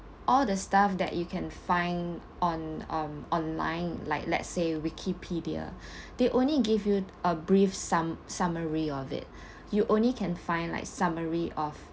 all the stuff that you can find on on online like let's say wikipedia they only give you a brief sum~ summary of it you only can find like summary of